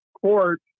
court